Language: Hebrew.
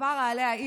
כפרה עליה,